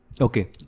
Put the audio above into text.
Okay